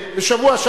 חבר הכנסת חנא סוייד,